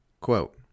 Quote